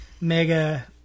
mega